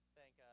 thank